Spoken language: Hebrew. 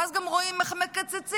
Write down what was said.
ואז גם רואים איך מקצצים